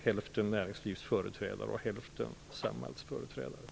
Hälften av ledamöterna företräder näringslivet och hälften